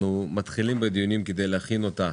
אנחנו מתחילים בדיונים כדי להכין אותה